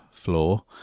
Floor